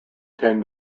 ten